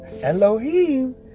Elohim